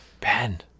Ben